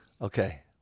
Okay